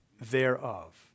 thereof